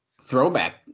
Throwback